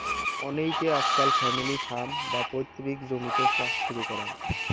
অনেইকে আজকাল family farm, বা পৈতৃক জমিতে চাষ শুরু করাং